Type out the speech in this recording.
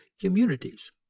communities